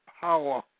power